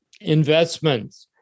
investments